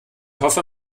hoffe